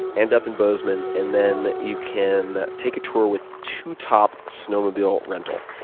and up in bozeman. and then you can take a tour with two top snowmobile rental.